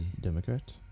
Democrat